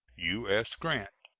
u s. grant.